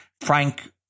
Frank